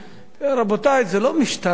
רבותי, זה לא משטרה,